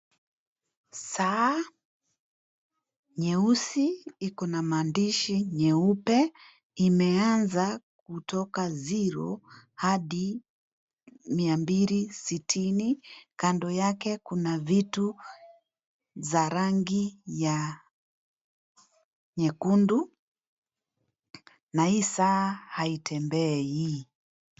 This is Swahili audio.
Saa nyeusi iko na maandishi nyeupe imeanza kutoka zero hadi mia mbili sitini kando yake kuna vitu za rangi ya nyekundu na hii saa haitembei.